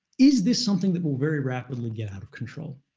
is this something that will very rapidly get out of control?